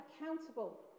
accountable